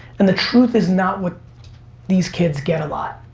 and the truth is not what these kids get a lot.